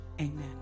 amen